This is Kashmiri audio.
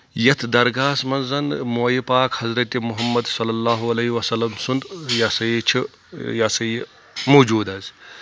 یتھ درگاہس منٛز زن موۓ پاک حضرت محمد صلی اللہُ علیہِ وسلم سُنٛد یہِ ہسا یہِ چھُ یہِ ہسا یہِ موٗجوٗد حظ